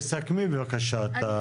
תסכמי בבקשה את הקטע הזה.